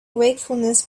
wakefulness